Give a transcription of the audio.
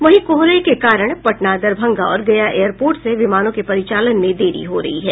वहीं कोहरे के कारण पटना दरभंगा और गया एयरपोर्ट से विमानों के परिचालन में देरी हो रही है